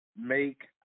make